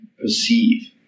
perceive